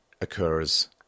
occurs